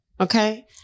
okay